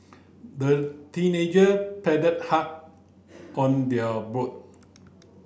the teenager paddled hard on their boat